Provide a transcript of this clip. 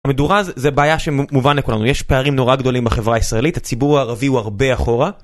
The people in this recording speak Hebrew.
המדורז זה בעיה שמובן לכולנו, יש פערים נורא גדולים בחברה הישראלית, הציבור הערבי הוא הרבה אחורה.